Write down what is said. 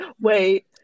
wait